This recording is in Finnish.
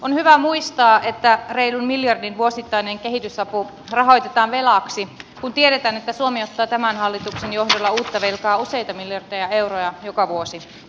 on hyvä muistaa että reilun miljardin vuosittainen kehitysapu rahoitetaan velaksi kun tiedetään että suomi ottaa tämän hallituksen johdolla uutta velkaa useita miljardeja euroja joka vuosi